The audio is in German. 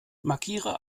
markiere